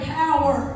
power